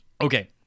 Okay